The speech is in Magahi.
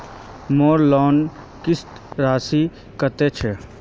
मोर लोन किस्त राशि कतेक छे?